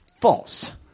False